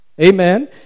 Amen